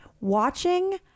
Watching